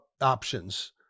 options